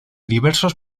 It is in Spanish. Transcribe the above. diversos